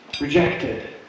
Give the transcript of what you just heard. rejected